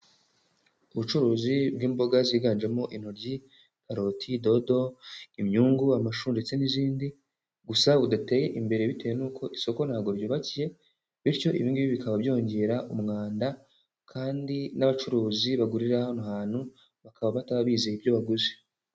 Ubucuruzi bw'imboga ziganjemo intoryi, karoti dodo, imyungu, amashu ndetse n'izindi, gusa budateye imbere bitewe n'uko isoko ntabwo ryubakiye bityo ibi ngibi bikaba byongera umwanda kandi n'abacuruzi bagurira hano hantu bakaba bataba bizeye ibyo baguze.